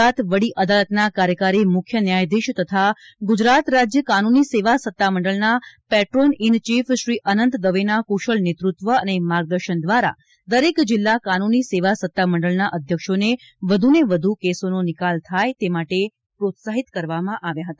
ગુજરાત વડી અદાલતના કાર્યકારી મુખ્ય ન્યાયાધીશ તથા ગુજરાત રાજ્ય કાનૂની સેવા સત્તામંડળના patron in chief Shri Anant દવેના કુશળ નેતૃત્વ અને માર્ગદર્શન દ્વારા દરેક જિલ્લા કાનૂની સેવા સત્તા મંડળના અધ્યક્ષોને વધુને વધુ કેસોનો નિકાલ થાય તે માટે પ્રોત્સાહિત કરવામાં આવ્યા હતા